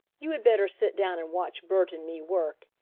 you had better sit down and watch bert and me work,